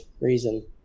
reason